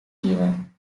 given